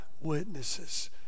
witnesses